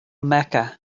mecca